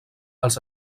els